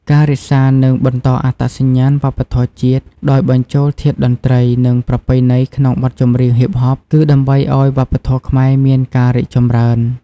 ការរក្សា និងបន្តអត្តសញ្ញាណវប្បធម៌ជាតិ ដោយបញ្ចូលធាតុតន្ត្រី និងប្រពៃណីក្នុងបទចម្រៀងហ៊ីបហប គឺដើម្បីឲ្យវប្បធម៌ខ្មែរមានការរីកចម្រើន ។